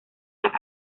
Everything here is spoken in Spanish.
las